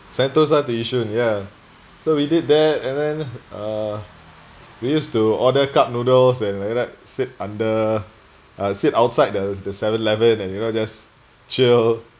sentosa to yishun ya so we did that and then uh we used to order cup noodles and then sit under uh sit outside the the seven eleven and you know just chill